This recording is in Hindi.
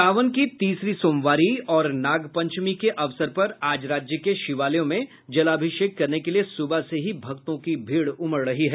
सावन की तीसरी सोमवारी और नागपंचमी के अवसर पर आज राज्य के शिवालयों में जलाभिषेक करने के लिए सुबह से ही भक्तों की भीड़ उमड़ रही है